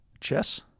Chess